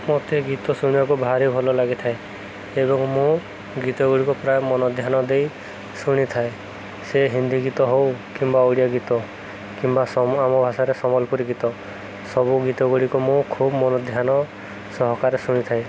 ମୋତେ ଗୀତ ଶୁଣିବାକୁ ଭାରି ଭଲ ଲାଗିଥାଏ ଏବଂ ମୁଁ ଗୀତ ଗୁଡ଼ିକ ପ୍ରାୟ ମନ ଧ୍ୟାନ ଦେଇ ଶୁଣିଥାଏ ସେ ହିନ୍ଦୀ ଗୀତ ହଉ କିମ୍ବା ଓଡ଼ିଆ ଗୀତ କିମ୍ବା ଆମ ଭାଷାରେ ସମ୍ବଲପୁରୀ ଗୀତ ସବୁ ଗୀତ ଗୁଡ଼ିକ ମୁଁ ଖୁବ ମନ ଧ୍ୟାନ ସହକାରେ ଶୁଣିଥାଏ